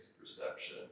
perception